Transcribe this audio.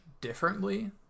differently